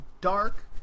Dark